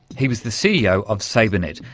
he was the ceo of sabrenet,